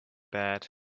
bad